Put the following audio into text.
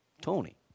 Tony